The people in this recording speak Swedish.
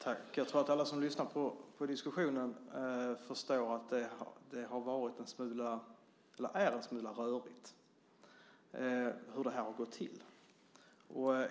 Herr talman! Jag tror att alla som lyssnar till diskussionen förstår att det är en smula rörigt när det gäller hur det här har gått till.